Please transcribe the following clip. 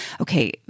okay